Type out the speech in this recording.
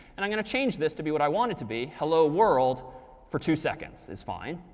and i'm going to change this to be what i want it to be hello world for two seconds is fine.